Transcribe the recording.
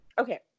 okay